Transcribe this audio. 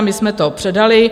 My jsme to předali.